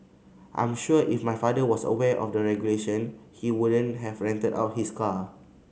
I'm sure if my father was aware of the regulation he wouldn't have rented out his car